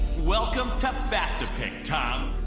welcome to fastapic, tom.